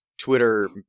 Twitter